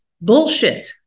bullshit